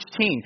16